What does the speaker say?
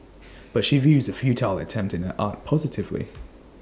but she views the futile attempt in her art positively